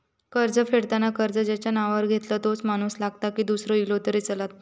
कर्ज फेडताना कर्ज ज्याच्या नावावर घेतला तोच माणूस लागता की दूसरो इलो तरी चलात?